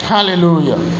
Hallelujah